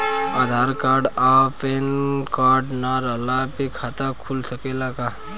आधार card आ PAN card ना रहला पर खाता खुल सकेला का?